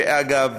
שאגב,